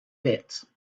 bit